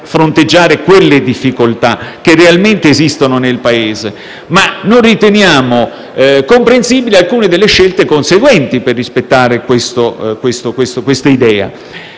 fronteggiare le difficoltà che realmente esistono nel Paese, ma non riteniamo comprensibili alcune delle scelte conseguenti per rispettare questa idea.